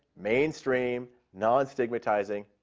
mainstreamed, non-stigmatizing,